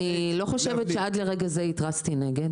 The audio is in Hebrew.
אני לא חושבת שעד לרגע זה התרסתי נגד,